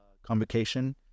convocation